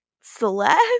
Celeste